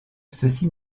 ceci